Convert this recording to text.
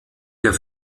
der